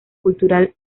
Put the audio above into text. cultural